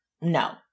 No